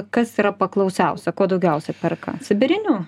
kas yra paklausiausia ko daugiausia perka sibirinių